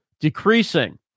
decreasing